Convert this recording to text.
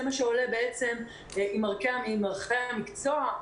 זה מה שעולה בעצם עם ערכי המקצוע,